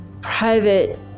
private